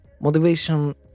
Motivation